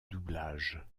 doublage